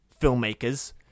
Filmmakers